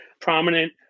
prominent